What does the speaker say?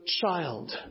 child